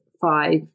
five